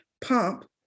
pump